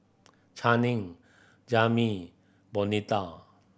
Channing Jami Bonita